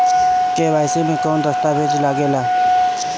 KYC मे कौन दश्तावेज लागेला?